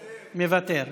מוותר.